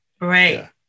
Right